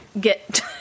Get